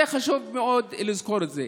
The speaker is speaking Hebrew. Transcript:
חשוב מאוד לזכור את זה.